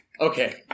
Okay